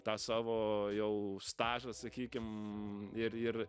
tą savo jau stažą sakykim ir ir